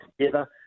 together